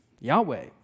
Yahweh